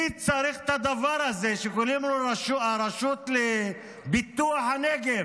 מי צריך את הדבר הזה שקוראים לו הרשות לפיתוח הנגב?